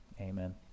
Amen